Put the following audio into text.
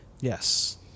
yes